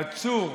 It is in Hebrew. העצור,